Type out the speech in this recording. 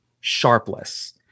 Sharpless